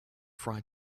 fry